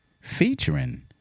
featuring